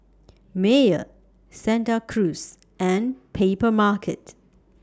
Mayer Santa Cruz and Papermarket